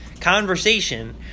Conversation